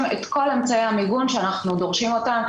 את כל אמצעי המיגון שאנחנו דורשים אותם,